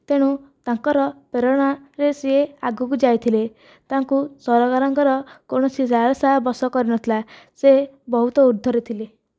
ତେଣୁ ତାଙ୍କର ପ୍ରେରଣାରେ ସିଏ ଆଗକୁ ଯାଇଥିଲେ ତାଙ୍କୁ ସରକାରଙ୍କର କୌଣସି ଲାଳସା ବସ କରିନଥିଲା ସେ ବହୁତ ଉର୍ଦ୍ଧରେ ଥିଲେ